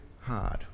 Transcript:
hard